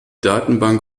datenbank